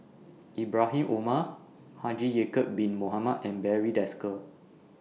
Ibrahim Omar Haji Ya'Acob Bin Mohamed and Barry Desker